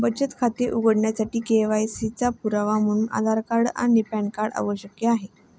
बचत खाते उघडण्यासाठी के.वाय.सी चा पुरावा म्हणून आधार आणि पॅन कार्ड आवश्यक आहे